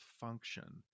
function